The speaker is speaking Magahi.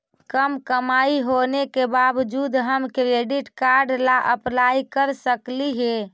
कम कमाई होने के बाबजूद हम क्रेडिट कार्ड ला अप्लाई कर सकली हे?